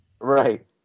Right